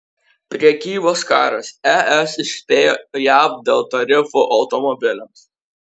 prekybos karas es įspėjo jav dėl tarifų automobiliams